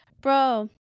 Bro